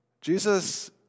Jesus